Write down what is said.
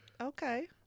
Okay